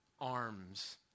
arms